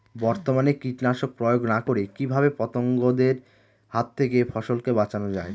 বর্তমানে কীটনাশক প্রয়োগ না করে কিভাবে পতঙ্গদের হাত থেকে ফসলকে বাঁচানো যায়?